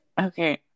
Okay